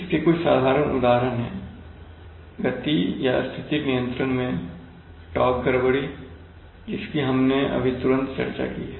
इसके कुछ साधारण उदाहरण है गति या स्थिति नियंत्रण में टोक़ गड़बड़ी जिसकी हमने अभी तुरंत चर्चा की हैं